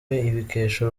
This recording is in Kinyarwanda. ibikesha